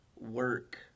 work